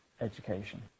education